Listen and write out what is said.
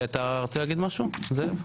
אתה רוצה להגיד משהו, זאב?